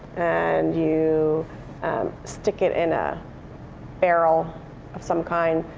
and you stick it in a barrel of some kind,